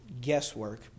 guesswork